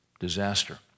Disaster